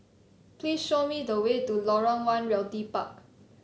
please show me the way to Lorong One Realty Park